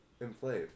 inflate